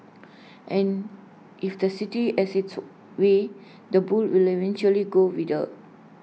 and if the city has its way the bull will eventually go with her